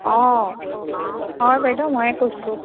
অঁ হয় বাইদেউ মইয়ে কৈছোঁ